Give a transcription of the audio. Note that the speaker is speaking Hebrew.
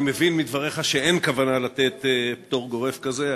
אני מבין מדבריך שאין כוונה לתת פטור גורף כזה,